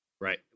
Right